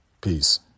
Peace